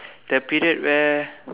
the period where